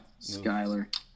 Skyler